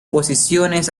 posiciones